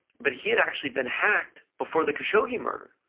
but he had actually been hacked before the khashoggi murder.